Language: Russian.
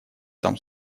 там